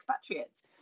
expatriates